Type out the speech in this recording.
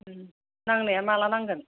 नांनाया माला नांगोन